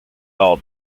all